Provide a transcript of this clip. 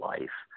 Life